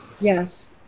Yes